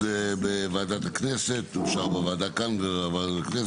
בוועדת הכנסת ואושר בוועדת הכנסת וגם כאן: